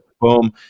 Boom